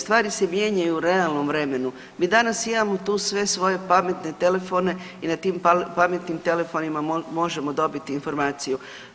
Stvari se mijenjaju u realnom vremenu, mi danas imamo tu sve svoje pametne telefone i na tim pametnim telefonima možemo dobiti informaciju.